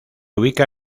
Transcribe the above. ubica